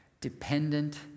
dependent